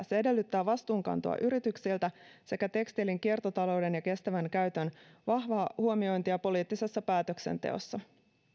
se edellyttää vastuunkantoa yrityksiltä sekä tekstiilin kiertotalouden ja kestävän käytön vahvaa huomiointia poliittisessa päätöksenteossa